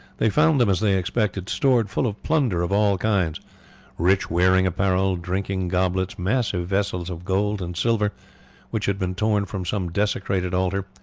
they found them, as they expected, stored full of plunder of all kinds rich wearing apparel, drinking goblets, massive vessels of gold and silver which had been torn from some desecrated altar,